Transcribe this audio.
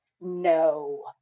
No